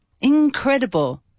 Incredible